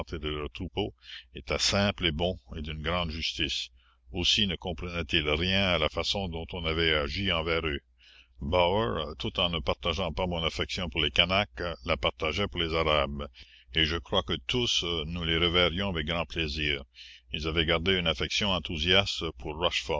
de leurs troupeaux étaient simples et bons et d'une grande justice aussi ne comprenaient ils rien à la façon dont on avait agi envers eux bauër tout en ne partageant pas mon affection pour les canaques la partageait pour les arabes et je crois que tous nous les reverrions avec grand plaisir ils avaient gardé une affection enthousiaste pour